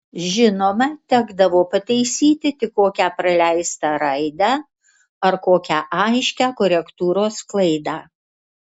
žinoma tekdavo pataisyti tik kokią praleistą raidę ar kokią aiškią korektūros klaidą